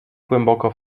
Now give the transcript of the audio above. głęboko